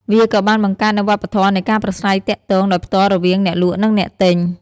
វាក៏បានបង្កើតនូវវប្បធម៌នៃការប្រាស្រ័យទាក់ទងដោយផ្ទាល់រវាងអ្នកលក់និងអ្នកទិញ។